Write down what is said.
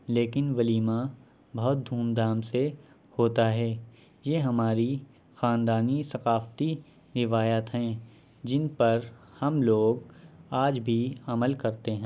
لیکن ولیمہ بہت دھوم دھام سے ہوتا ہے یہ ہماری خاندانی ثقافتی روایات ہیں جن پر ہم لوگ آج بھی عمل کرتے ہیں